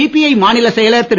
CBI மாநிலச் செயலர் திரு